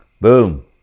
Boom